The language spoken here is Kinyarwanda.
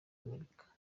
amerika